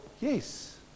Yes